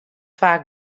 faak